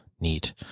Neat